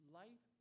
life